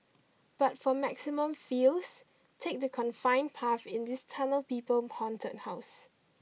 but for maximum feels take the confined path in this Tunnel People haunted house